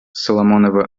соломоновы